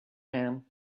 man